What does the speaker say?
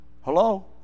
Hello